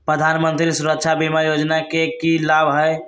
प्रधानमंत्री सुरक्षा बीमा योजना के की लाभ हई?